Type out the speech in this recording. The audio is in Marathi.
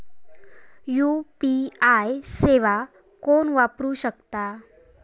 यू.पी.आय सेवा कोण वापरू शकता?